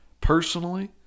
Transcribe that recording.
personally